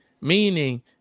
meaning